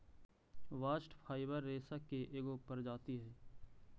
bast fibre रेसा के एगो प्रजाति हई